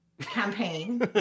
campaign